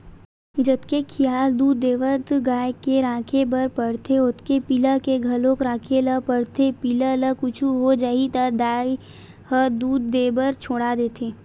जतके खियाल दूद देवत गाय के राखे बर परथे ओतके पिला के घलोक राखे ल परथे पिला ल कुछु हो जाही त दाई ह दूद देबर छोड़ा देथे